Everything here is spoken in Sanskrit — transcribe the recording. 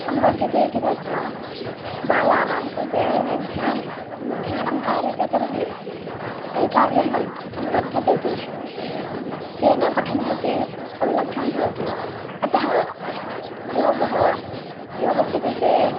सम्बध्यते इति कृत्वा बालानां कृते यदि ध्यान् ध्यानं कार्यते तर्हि ऐकाग्र्यं वर्ध् वर्धते तेषु तेन पठनेपि सौलभ्यं भवति अतः योगः योगस्य कृते